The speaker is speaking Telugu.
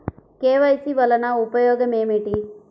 కే.వై.సి వలన ఉపయోగం ఏమిటీ?